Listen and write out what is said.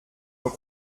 nos